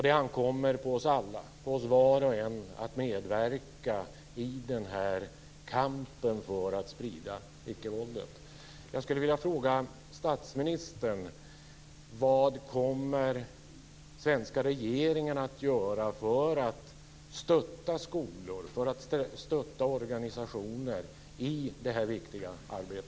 Det ankommer på oss alla, på var och en av oss, att medverka i kampen för att sprida icke-våldet.